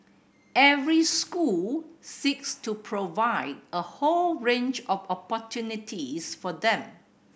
every school seeks to provide a whole range of opportunities for them